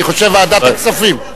אני חושב, ועדת הכספים.